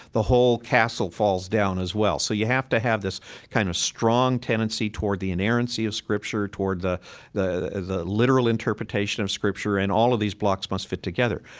the whole castle falls down as well. so you have to have this kind of strong tendency toward the inerrancy of scripture, toward the the literal interpretation of scripture, and all of these blocks must fit together.